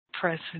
present